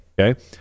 Okay